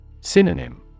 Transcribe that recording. Synonym